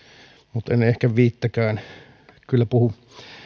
mutta en en ehkä viittäkään kyllä puhu